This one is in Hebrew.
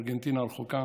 מארגנטינה הרחוקה